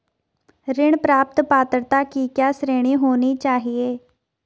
ऋण प्राप्त पात्रता की क्या श्रेणी होनी चाहिए?